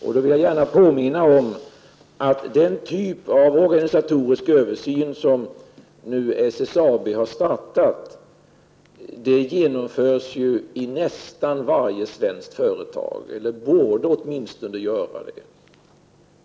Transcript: Jag vill gärna påminna om att den typ av organisatorisk översyn som SSAB nu har startat genomförs i nästan varje svenskt företag — eller borde åtminstone genomföras där.